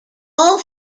all